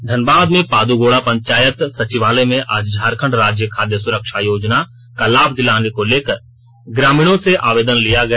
धनबाद में पादुगोडा पंचायत सचिवालय में आज झारखंड राज्य खाद्य सुरक्षा योजना का लाभ दिलाने को लेकर ग्रामीणों से आवेदन लिया गया